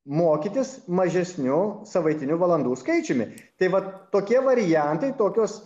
mokytis mažesniu savaitiniu valandų skaičiumi tai vat tokie variantai tokios